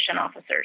officers